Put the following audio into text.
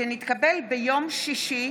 ונתקבל ביום שישי,